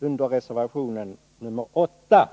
i reservation 8.